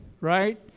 right